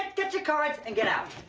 get your cards, and get out.